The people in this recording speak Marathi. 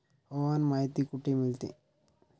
हवामान माहिती कुठे मिळते?